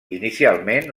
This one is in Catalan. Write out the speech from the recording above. inicialment